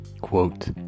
Quote